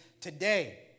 today